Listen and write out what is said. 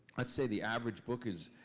let's say the average book is.